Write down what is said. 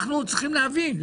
אנחנו צריכים להבין,